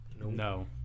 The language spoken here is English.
No